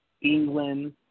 England